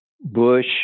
Bush